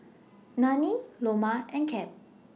Nanie Loma and Cap